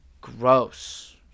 gross